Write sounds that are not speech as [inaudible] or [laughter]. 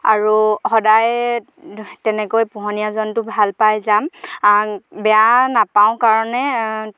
আৰু সদায় [unintelligible] তেনেকৈ পোহনীয়া জন্তু ভাল পাই যাম বেয়া নাপাওঁ কাৰণে